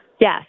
yes